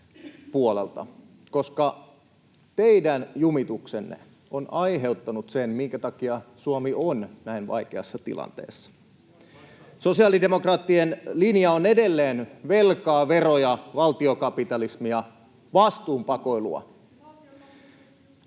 koska teidän jumituksenne on aiheuttanut sen, minkä takia Suomi on näin vaikeassa tilanteessa. Sosiaalidemokraattien linja on edelleen velkaa, veroja, valtiokapitalismia, vastuunpakoilua.